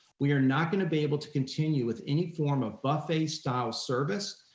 we are not gonna be able to continue with any form of buffet style service.